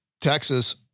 Texas